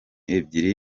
ebyiri